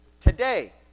today